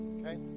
Okay